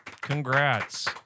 Congrats